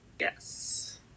yes